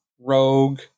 Rogue